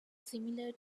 similar